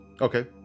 Okay